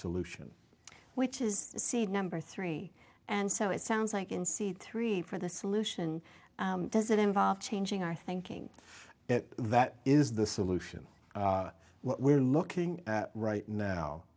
solution which is seed number three and so it sounds like in c three for the solution does it involve changing our thinking that is the solution what we're looking at right now